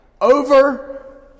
over